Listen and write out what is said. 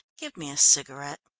give me a cigarette.